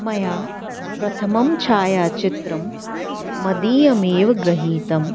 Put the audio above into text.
मया प्रथमं छायाचित्रं मदीयमेव गृहीतम्